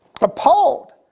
appalled